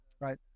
Right